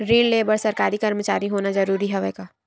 ऋण ले बर सरकारी कर्मचारी होना जरूरी हवय का?